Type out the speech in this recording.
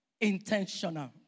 intentional